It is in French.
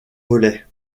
relais